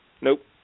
Nope